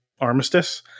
Armistice